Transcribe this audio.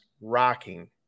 rocking